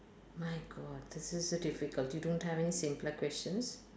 my god this is a difficult you don't have any simpler question